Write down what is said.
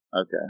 Okay